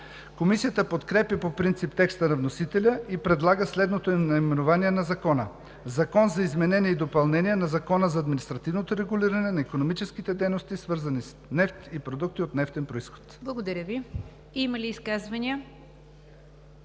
Комисията подкрепя по принцип текста на вносителя и предлага следното наименование на Закона: „Закон за изменение и допълнение на Закона за административното регулиране на икономическите дейности, свързани с нефт и продукти от нефтен произход“. ПРЕДСЕДАТЕЛ НИГЯР ДЖАФЕР: Благодаря Ви. Има ли изказвания?